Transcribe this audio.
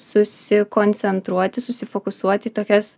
susikoncentruoti susifokusuoti į tokias